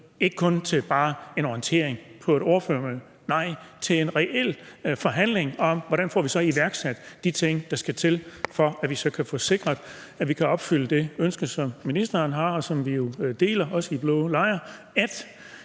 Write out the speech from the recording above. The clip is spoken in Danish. ikke kun til bare at få en orientering på et ordførermøde, nej, til en reel forhandling om, hvordan vi så får iværksat de ting, der skal til, for at vi kan få sikret, at vi kan opfylde det ønske, som ministeren har, og som vi i blå lejr også deler, om,